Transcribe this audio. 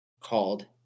called